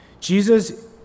Jesus